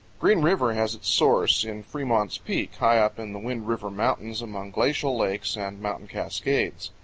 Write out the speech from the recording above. green river has its source in fremont's peak, high up in the wind river mountains among glacial lakes and mountain cascades.